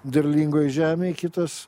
derlingoj žemėj kitas